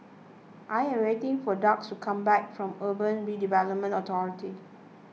I am waiting for Dax to come back from Urban Redevelopment Authority